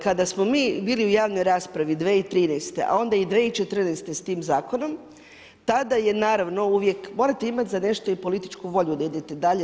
Kada smo mi bili u javnoj raspravi 2013. a onda i 2014. s tim zakonom tada je naravno uvijek, morate imati za nešto i političku volju da idete dalje.